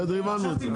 הבנו את זה.